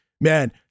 Man